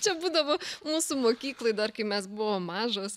čia būdavo mūsų mokykloj dar kai mes buvom mažos